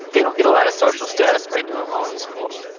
they don't get a lot of social status by doing well in school.